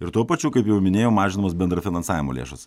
ir tuo pačiu kaip jau minėjau mažinamos bendro finansavimo lėšos